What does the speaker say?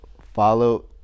follow